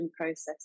process